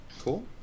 Cool